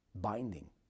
binding